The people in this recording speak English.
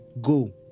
Go